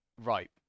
right